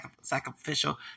sacrificial